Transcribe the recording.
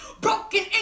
broken